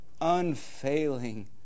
unfailing